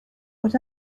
what